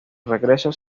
regreso